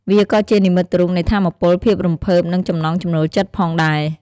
វាក៏ជានិមិត្តរូបនៃថាមពល ភាពរំភើប និងចំណង់ចំណូលចិត្តផងដែរ។